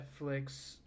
Netflix